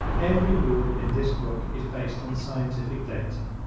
every rule in this book is based on scientific data,